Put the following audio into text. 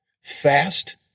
fast